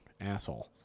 asshole